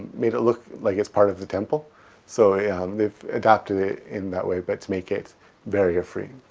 made it look like it's part of the temple so they've adapted it in that way but to make it barrier free